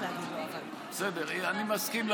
בסדר, אני מסכים.